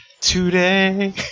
today